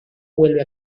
vuelve